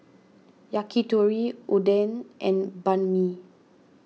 Yakitori Oden and Banh Mi